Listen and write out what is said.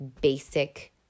basic